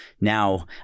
now